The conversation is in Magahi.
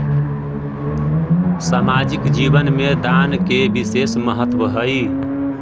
सामाजिक जीवन में दान के विशेष महत्व हई